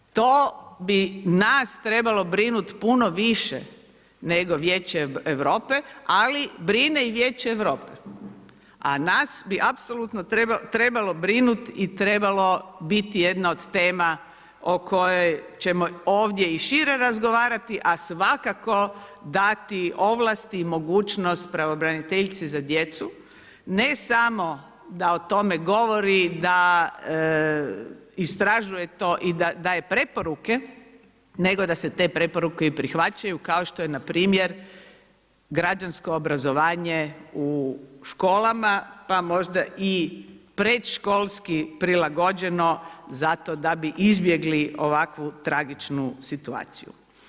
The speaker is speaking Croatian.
To bi nas trebalo brinuti puno više nego Vijeće Europe ali brine i Vijeće Europe a nas bi apsolutno trebalo brinuti i trebalo biti jedna od tema o kojoj ćemo ovdje i šire razgovarati a svakako dati ovlasti i mogućnost pravobraniteljice za djecu ne samo da o tome govori da istražuje to i da daje preporuke, nego da se te preporuke i prihvaćaju kao što je npr. građansko obrazovanje u školama, pa možda i predškolski prilagođeno zato da bi izbjegli ovakvu tragičnu situaciju.